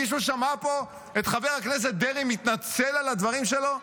מישהו שמע פה את חבר הכנסת דרעי מתנצל על הדברים שלו?